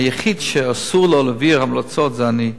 היחיד שאסור לו להעביר המלצות זה אני.